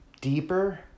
deeper